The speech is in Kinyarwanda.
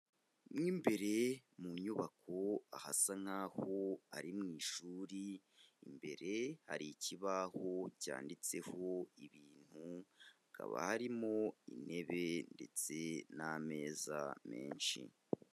Mo imbere mu nyubako ahasa nk'aho ari mu ishuri, imbere hari ikibaho cyanditseho ibintu, hakaba harimo intebe ndetse n'ameza menshi.